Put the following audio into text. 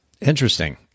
Interesting